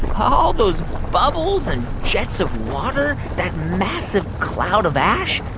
all those bubbles and jets of water, that massive cloud of ash.